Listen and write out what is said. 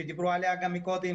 שדיברו עליה גם קודם,